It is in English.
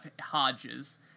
Hodges